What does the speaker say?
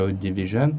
division